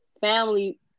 family